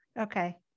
okay